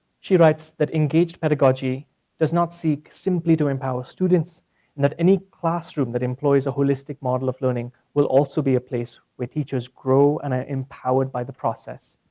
she writes, that engaged pedagogy does not seek simply to empower students. and that any classroom that employs a holistic model of learning will also be a place where teachers grow and are empowered by the process.